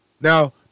Now